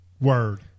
Word